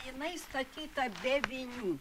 jinai statyta be vinių